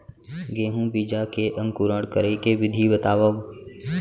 गेहूँ बीजा के अंकुरण करे के विधि बतावव?